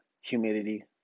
humidity